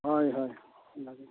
ᱦᱳᱭ ᱦᱳᱭ ᱚᱱᱟ ᱜᱮ